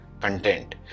content